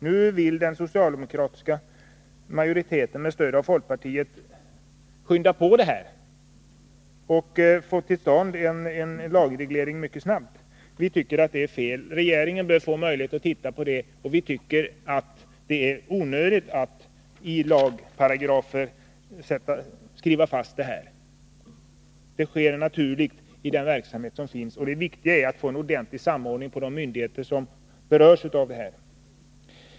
Nu vill den socialdemokratiska majoriteten med stöd av folkpartiet skynda på detta arbete och få till stånd en lagreglering mycket snabbt. Vi tycker att det är fel. Regeringen bör få möjlighet att se på den här saken, och vår åsikt är att det är onödigt att skriva in detta i en lagparagraf. Det sker naturligt i den verksamhet som bedrivs. Det viktiga är att få en ordentlig samordning mellan de myndigheter som berörs.